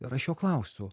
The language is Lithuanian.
ir aš jo klausiu